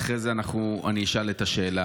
ואחרי זה אני אשאל את השאלה.